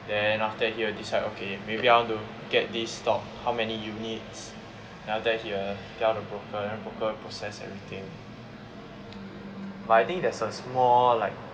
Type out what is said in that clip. then after that he'll decide okay maybe I want to get this stock how many units then after that he will tell the broker then the broker process everything but I think there's a small like